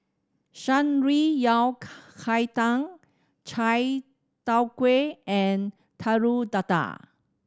Shan Rui yao cai tang Chai Tow Kuay and Telur Dadah